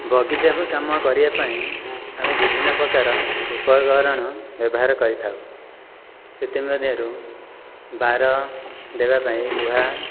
ବଗିଚାକୁ କାମ କରିବା ପାଇଁ ଆମେ ବିଭିନ୍ନପ୍ରକାର ଉପକରଣ ବ୍ୟବହାର କରିଥାଉ ସେଥିମଧ୍ୟରୁ ବାଡ଼ ଦେବା ପାଇଁ ଲୁହା